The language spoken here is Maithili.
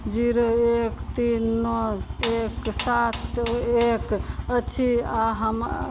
जीरो एक तीन नओ एक सात एक अछि आओर हम